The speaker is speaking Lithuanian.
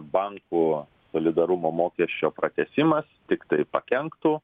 bankų solidarumo mokesčio pratęsimas tiktai pakenktų